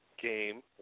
game